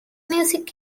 music